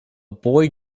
boy